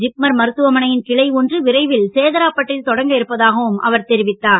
ஜிப்மர் மருத்துவமனையின் கிளை ஒன்று விரைவில் சேதாரப்பட்டில் தொடங்க இருப்பதாகவும் அவர் தெரிவித்தார்